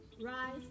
Rise